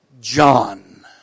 John